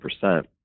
percent